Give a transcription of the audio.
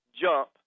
jump